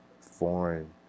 foreign